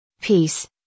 Peace